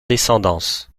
descendance